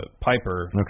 Piper